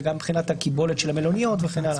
וגם מבחינת הקיבולת של המלוניות וכן הלאה.